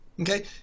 Okay